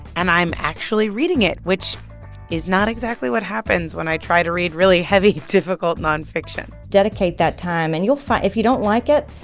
and i'm actually reading it, which is not exactly what happens when i try to read really heavy, difficult nonfiction dedicate that time and you'll find if you don't like it,